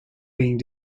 being